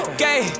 gay